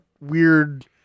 weird